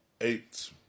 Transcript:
eight